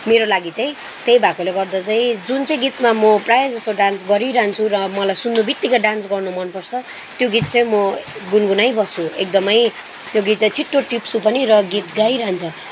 मेरो लागि चाहिँ त्यही भएकोले गर्दा चाहिँ जुन चाहिँ गीतमा म प्रायः जस्तो डान्स गरिरहन्छु र मलाई सुन्नु बित्तिकै डान्स गर्नु मन पर्छ त्यो गीत चाहिँ म गुनगुनाइ बस्छु एकदमै त्यो गीत चाहिँ छिटो टिप्छु पनि र गीत गाइरहन्छ